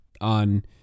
on